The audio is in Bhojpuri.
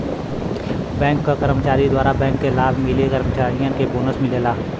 बैंक क कर्मचारी द्वारा बैंक के लाभ मिले कर्मचारियन के बोनस मिलला